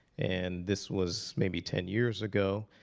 and this was maybe ten years ago.